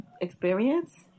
experience